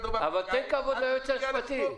ואז הגעתי ל-(5), (6) ו-(7).